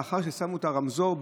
לאחר ששמו את הרמזור,